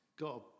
got